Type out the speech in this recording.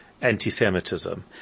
anti-Semitism